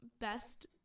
best